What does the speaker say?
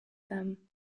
them